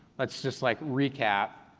let's just like recap.